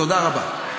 תודה רבה.